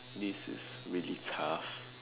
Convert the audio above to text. this is really tough